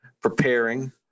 preparing